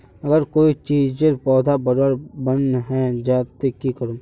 अगर कोई चीजेर पौधा बढ़वार बन है जहा ते की करूम?